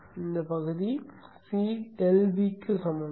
பகுதி இது C∆Vக்கு சமம்